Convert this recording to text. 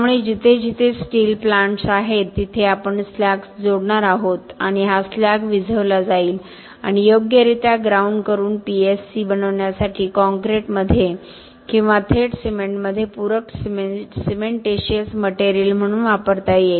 त्यामुळे जिथे जिथे स्टील प्लांट्स आहेत तिथे आपण स्लॅग जोडणार आहोत आणि हा स्लॅग विझवला जाईल आणि योग्यरित्या ग्राउंड करून पीएससी बनवण्यासाठी कॉंक्रिटमध्ये किंवा थेट सिमेंटमध्ये पूरक सिमेंटीशिअस मटेरियल म्हणून वापरता येईल